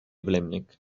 vlaeminck